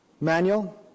Manual